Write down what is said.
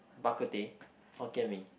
Bak-Kut-Teh Hokkien Mee